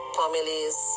families